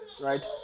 right